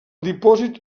dipòsit